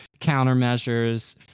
countermeasures